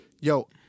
yo –